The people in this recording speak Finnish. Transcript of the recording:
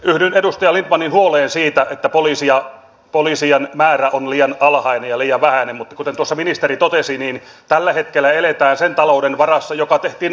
yhdyn edustaja lindtmanin huoleen siitä että poliisien määrä on liian alhainen ja liian vähäinen mutta kuten tuossa ministeri totesi tällä hetkellä eletään sen talouden varassa joka tehtiin edellisellä hallintokaudella